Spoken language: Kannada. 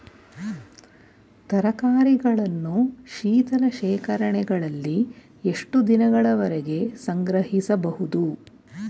ತರಕಾರಿಗಳನ್ನು ಶೀತಲ ಶೇಖರಣೆಗಳಲ್ಲಿ ಎಷ್ಟು ದಿನಗಳವರೆಗೆ ಸಂಗ್ರಹಿಸಬಹುದು?